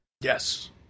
yes